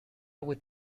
would